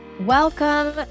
Welcome